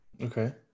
Okay